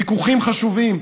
ויכוחים חשובים.